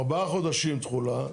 ארבעה חודשים תחולה.